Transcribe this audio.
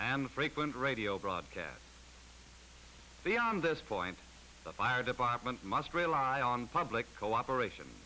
and frequent radio broadcasts beyond this point the fire department must rely on public cooperation